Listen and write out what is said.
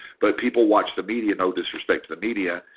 but people watch the media, no disrespect to the media,